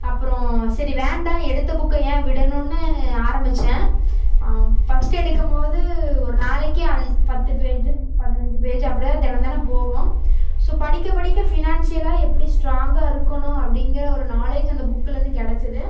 அப்புறம் சரி வேண்டாம் எடுத்த புக்கை ஏன் விடணும்னு ஆரம்பிச்சன் ஃபர்ஸ்ட் எடுக்கும் போது ஒரு நாளைக்கி பத்து பேஜூ பதினஞ்சி பேஜூ அப்படிதான் தினந்தெனோம் போகும் ஸோ படிக்க படிக்க ஃபினான்சியலாக எப்படி ஸ்ட்ராங்காக இருக்கணும் அப்டிங்கிற ஒரு நாலேஜ் அந்த புக்குலேருந்து கெடைச்சிது